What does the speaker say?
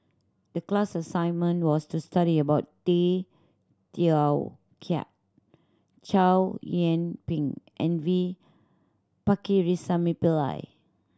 the class assignment was to study about Tay Teow Kiat Chow Yian Ping and V Pakirisamy Pillai